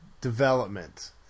Development